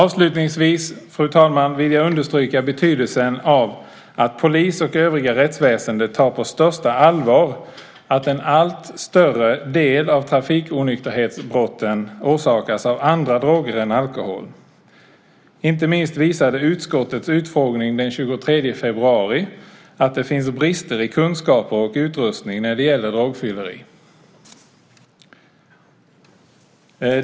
Avslutningsvis vill jag understryka betydelsen av att polis och övriga rättsväsendet tar på största allvar att en allt större del av trafiknykterhetsbrotten orsakas av andra droger än alkohol. Inte minst visade utskottets utfrågning den 23 februari att det finns brister i kunskaper och utrustning när det gäller drogfylleri.